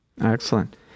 Excellent